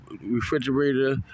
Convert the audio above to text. refrigerator